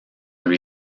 lui